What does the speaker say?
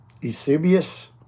Eusebius